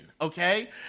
okay